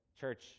church